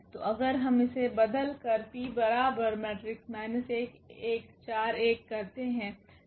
तो अगर हम इसे बदल कर करते हैं